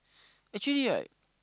actually right